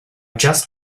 just